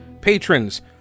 Patrons